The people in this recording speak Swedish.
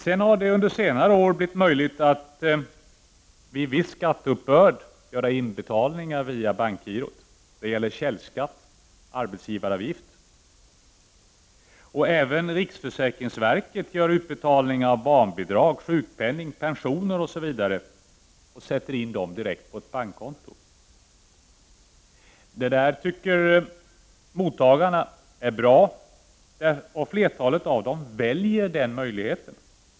Under senare år har det blivit möjligt att vid viss skatteuppbörd göra inbetalningar via bankgiro. Det gäller källskatt och arbetsgivaravgift. Även riksförsäkringsverkets utbetalningar av barnbidrag, sjukpenning, pensioner, osv. kan ske genom insättning direkt på bankkonto. Det tycker mottagarna är bra — flertalet av dem väljer denna möjlighet.